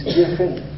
different